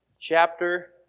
chapter